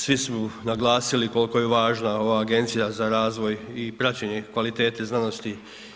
Svi su naglasili koliko je važna ova agencija za razvoj i praćenje kvalitete znanosti.